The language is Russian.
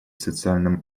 социальном